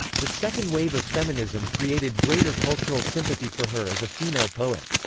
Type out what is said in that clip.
the second wave of feminism created greater cultural sympathy for her as a female poet.